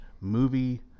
movie